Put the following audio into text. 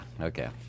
okay